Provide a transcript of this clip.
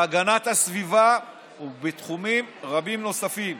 בהגנת הסביבה ובתחומים רבים נוספים.